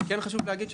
כן חשוב להגיד,